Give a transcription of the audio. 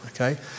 okay